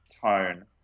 tone